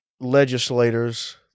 legislators